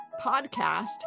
podcast